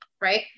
right